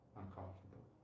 uncomfortable